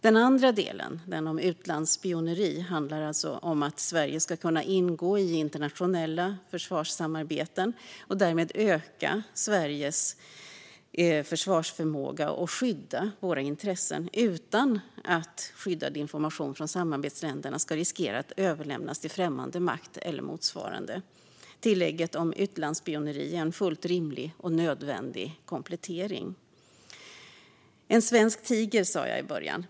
Den andra delen, om utlandsspioneri, handlar alltså om att Sverige ska kunna ingå i internationella försvarssamarbeten och därmed öka Sveriges försvarsförmåga och skydda våra intressen, utan att skyddad information från samarbetsländerna ska riskera att överlämnas till främmande makt eller motsvarande. Tillägget om utlandsspioneri är en fullt rimlig och nödvändig komplettering. En svensk tiger, sa jag i början.